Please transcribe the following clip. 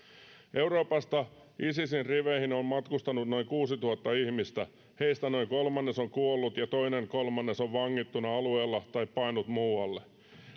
euroopasta isisin riveihin on matkustanut noin kuusituhatta ihmistä heistä noin kolmannes on kuollut ja toinen kolmannes on vangittuna alueella tai paennut muualle